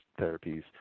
therapies